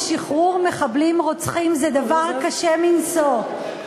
זה נכון ששחרור מחבלים רוצחים זה דבר קשה מנשוא,